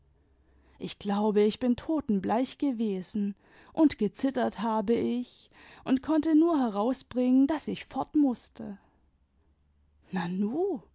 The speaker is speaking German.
ich glaube ich bin totenbleich gewesen und gezittert habe ich und konnte nur herausbringen daß ich fortmußte nanu